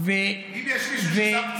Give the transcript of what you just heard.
אם יש מישהו ששם פצצות,